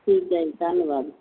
ਠੀਕ ਹੈ ਜੀ ਧੰਨਵਾਦ